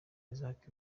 isaac